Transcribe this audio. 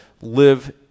live